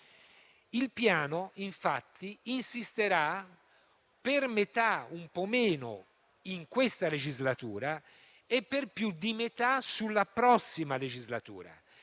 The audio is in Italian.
Il Piano, infatti, insisterà per un po' meno della metà su questa legislatura e per più di metà sulla prossima legislatura,